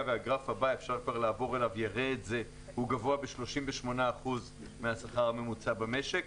בתעשייה גבוה ב-38% מהשכר הממוצע במשק.